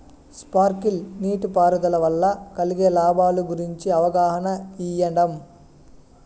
Sprinkle నీటిపారుదల వల్ల కలిగే లాభాల గురించి అవగాహన ఇయ్యడం?